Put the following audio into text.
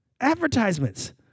Advertisements